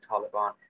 Taliban